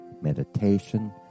meditation